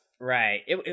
Right